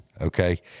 okay